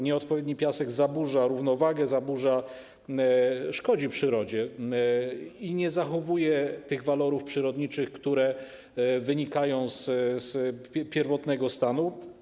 Nieodpowiedni piasek zaburza równowagę, szkodzi przyrodzie i nie zachowuje tych walorów przyrodniczych, które wynikają z pierwotnego stanu.